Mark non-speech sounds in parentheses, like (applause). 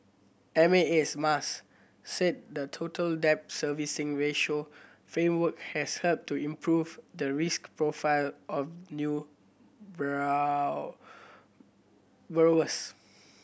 M A S Mas said the Total Debt Servicing Ratio framework has helped to improve the risk profile of new (unintelligible)